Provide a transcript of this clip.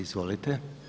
Izvolite.